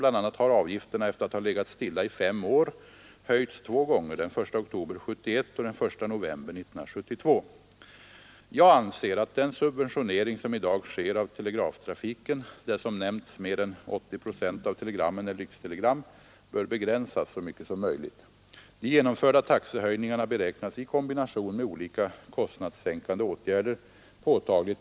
Bl efter att ha legat stilla i fem år, höjts två gånger den I oktober 1971 och den 1 november 1972 Jag anser att den subventionering som i dag sker av telegraftrafiken där som nämnts mer än 80 procent av telegrammen är lyxtelegram — bör begränsas så mycket som möjligt. De genomförda taxehöjningarna beräknas i kombination med olika kostnadssänkande åtgärder påtagligt